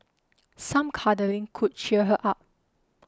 some cuddling could cheer her up